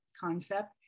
concept